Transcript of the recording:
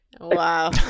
wow